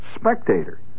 spectator